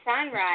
sunrise